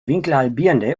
winkelhalbierende